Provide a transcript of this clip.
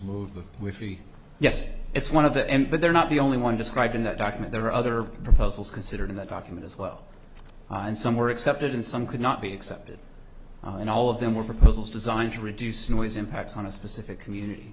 three yes it's one of the end but they're not the only one described in that document there are other proposals considered in that document as well and some were accepted and some could not be accepted and all of them were proposals designed to reduce noise impacts on a specific community